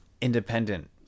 independent